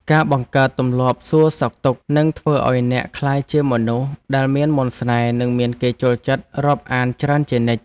ការបង្កើតទម្លាប់សួរសុខទុក្ខនឹងធ្វើឱ្យអ្នកក្លាយជាមនុស្សដែលមានមន្តស្នេហ៍និងមានគេចូលចិត្តរាប់អានច្រើនជានិច្ច។